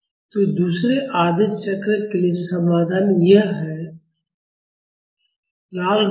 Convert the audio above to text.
तो दूसरे आधे चक्र के लिए समाधान यह है लाल वक्र